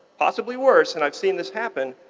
possibly worse and i've seen this happen